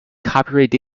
copyrights